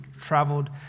traveled